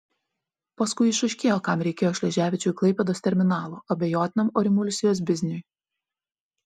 paskui išaiškėjo kam reikėjo šleževičiui klaipėdos terminalo abejotinam orimulsijos bizniui